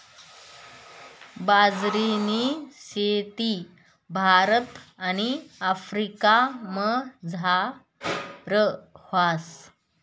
बाजरीनी शेती भारत आणि आफ्रिकामझार व्हस